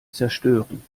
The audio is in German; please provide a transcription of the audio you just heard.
zerstören